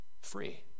free